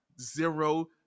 zero